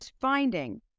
finding